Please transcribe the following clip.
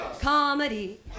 Comedy